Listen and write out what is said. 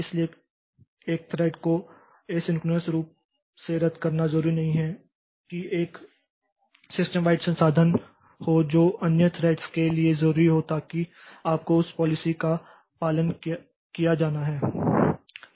इसलिए एक थ्रेड को असिंक्रोनस रूप से रद्द करना जरूरी नहीं कि एक सिस्टमवाइड संसाधन हो जो अन्य थ्रेड्स के लिए जरूरी हो ताकि आपको उस पॉलिसी का पालन किया जाना है